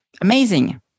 amazing